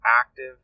active